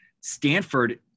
Stanford